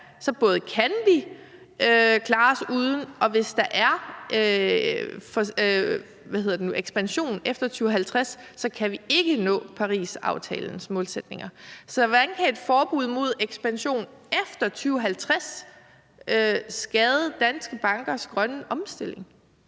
det kan vi klare os uden, og hvis der er ekspansion efter 2050, kan vi ikke nå Parisaftalens målsætninger. Så hvordan kan et forbud mod ekspansion efter 2050 skade danske bankers grønne omstilling?